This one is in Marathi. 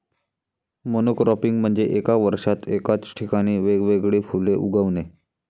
मोनोक्रॉपिंग म्हणजे एका वर्षात एकाच ठिकाणी वेगवेगळी फुले उगवणे